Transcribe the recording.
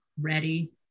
ready